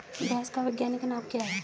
भैंस का वैज्ञानिक नाम क्या है?